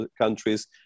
countries